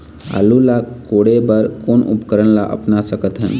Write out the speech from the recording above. आलू ला कोड़े बर कोन उपकरण ला अपना सकथन?